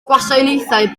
gwasanaethau